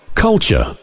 Culture